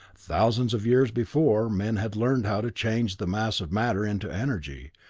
thousands of years before, men had learned how to change the mass of matter into energy,